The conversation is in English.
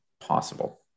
possible